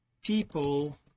people